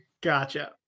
Gotcha